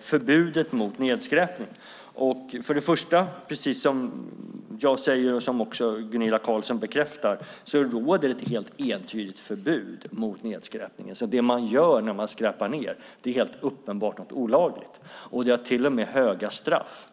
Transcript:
förbudet mot nedskräpning. Precis som jag säger och som Gunilla Carlsson bekräftar råder ett helt entydigt förbud mot nedskräpning. Det man gör när man skräpar ned är helt uppenbart något olagligt, och det har till och med höga straff.